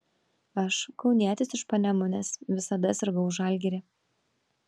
aš kaunietis iš panemunės visada sirgau už žalgirį